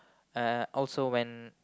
uh also when